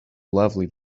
lovely